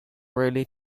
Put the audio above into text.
really